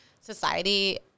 society